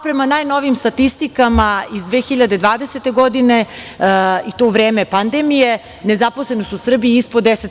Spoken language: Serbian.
Prema najnovijim statistikama iz 2020. godine, i to u vreme pandemije, nezaposlenost u Srbiji je ispod 10%